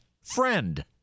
friend